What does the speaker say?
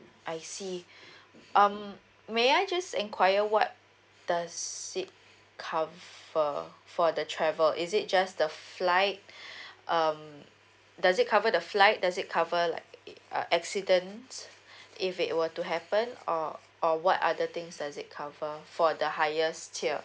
I see um may I just enquire what does it cover for the travel is it just the flight um does it cover the flight does it cover like a accident if it were to happen or or what are the things does it cover for the highest tier